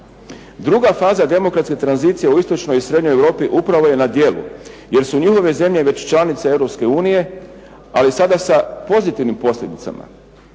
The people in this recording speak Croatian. Druga faza demokratske tranzicije u istočnoj i srednjoj Europi upravo je na djelu, jer su njihove zemlje već članice Europske unije, ali sada sa pozitivnim posljedicama.